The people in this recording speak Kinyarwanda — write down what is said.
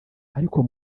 ark